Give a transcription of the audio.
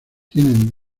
tienen